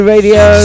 Radio